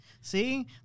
See